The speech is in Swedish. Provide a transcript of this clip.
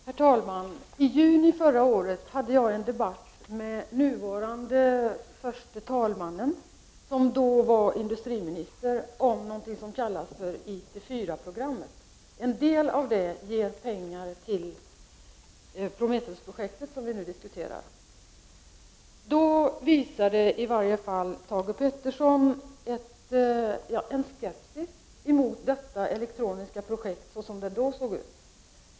Herr talman! Förra året hade jag en debatt med nuvarande talmannen, som då var industriminister, om någonting som kallas för IT 4-programmet. En del av programmet ger pengar till Prometheusprojektet, som vi nu diskuterar. Då visade i varje fall Thage G Peterson en skepsis emot detta elektroniska projekt, såsom det då såg ut.